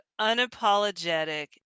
unapologetic